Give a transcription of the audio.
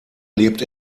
lebt